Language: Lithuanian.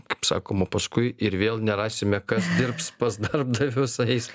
kaip sakoma paskui ir vėl nerasime kas dirbs pas darbdavius eis